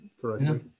correctly